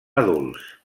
adults